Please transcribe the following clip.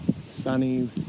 sunny